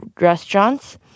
restaurants